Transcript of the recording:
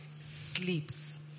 sleeps